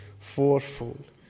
fourfold